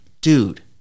Dude